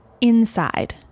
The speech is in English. inside